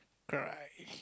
cry